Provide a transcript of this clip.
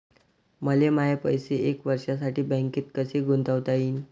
मले माये पैसे एक वर्षासाठी बँकेत कसे गुंतवता येईन?